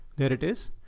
there it is.